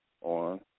on